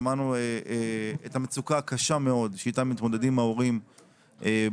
שמענו את המצוקה הקשה מאוד שאיתם מתמודדים ההורים בנושא